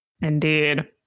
indeed